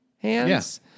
Yes